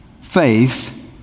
faith